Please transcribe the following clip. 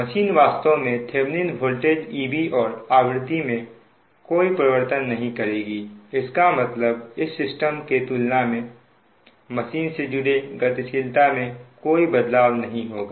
machine वास्तव में Thevenin voltage Thevenin's voltage EB और आवृत्ति में कोई परिवर्तन नहीं करेगी इसका मतलब इस सिस्टम के तुलना में मशीन से जुड़े गतिशीलता में कोई बदलाव नहीं होगा